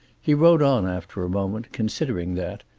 he rode on after a moment, considering that,